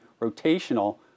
rotational